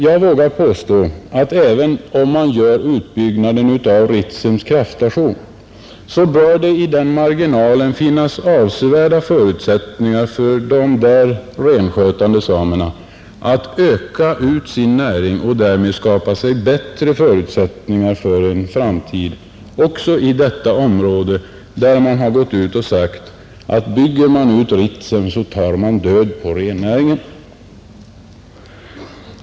Jag vågar påstå att, även om man gör utbyggnaden av Ritsems kraftstation, bör det i den marginalen finnas avsevärda förutsättningar för de där renskötande samerna att öka ut sin näring och därmed skapa sig bättre förutsättningar för en framtid också i detta område, om vilket man har sagt att, om man bygger ut Ritsem, tar man död på rennäringen.